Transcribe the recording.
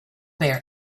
bear